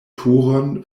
turon